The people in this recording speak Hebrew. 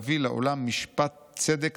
להביא לעולם משפט צדק,